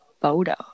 photo